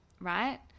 right